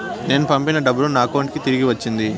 నేను పంపిన డబ్బులు నా అకౌంటు కి తిరిగి వచ్చింది